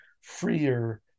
freer